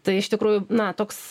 tai iš tikrųjų na toks